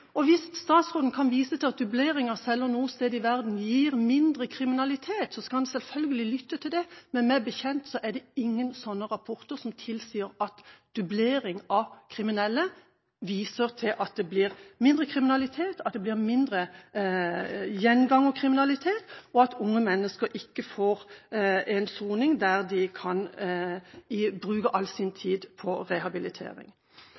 Hvis statsråden kan vise til at dublering av celler noe sted i verden gir mindre kriminalitet, skal en selvfølgelig lytte til det, men meg bekjent er det ingen rapporter som tilsier at det ved dublering blir mindre kriminalitet, at det blir mindre gjengangerkriminalitet, eller at unge mennesker får en soning der de kan bruke all sin